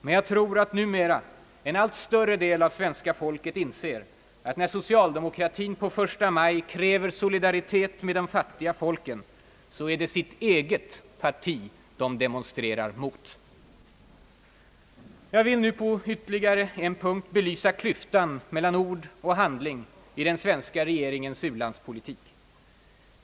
Men jag tror att numera en allt större del av svenska folket anser, att när socialdemokratin på 1 maj kräver solidaritet med de fat tiga folken så är det sitt eget parti de demonstrerar mot. Jag vill nu på ytterligare en punkt belysa klyftan mellan ord och handling i den svenska regeringens u-landspolitik.